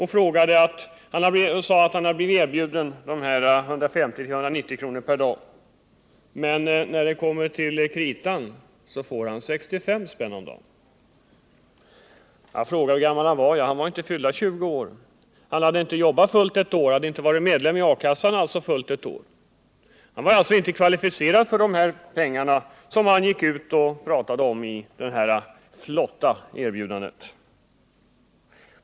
Han sade att han hade blivit erbjuden 150-190 kr. per dag men att han när det kom till kritan fick ut bara 65 spänn om dagen. Jag frågade hur gammal han var, och han sade att han inte var fyllda 20 år. Han hade inte jobbat fullt ett år och hade inte varit medlem i A-kassan i fullt ett år. Han var alltså inte kvalificerad för de pengar som man hade utlovat i det flotta erbjudandet.